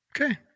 okay